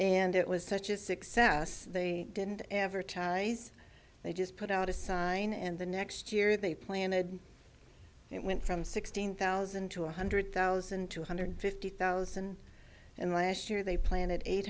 and it was such a success they didn't advertise they just put out a sign and the next year they planted it went from sixteen thousand to one hundred thousand two hundred fifty thousand and last year they planted eight